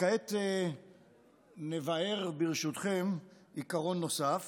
וכעת נבאר ברשותכם עיקרון נוסף